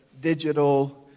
digital